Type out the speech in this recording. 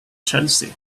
chelsea